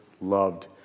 loved